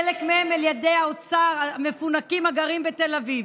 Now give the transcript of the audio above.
חלק מהם הם ילדי האוצר המפונקים הגרים בתל אביב,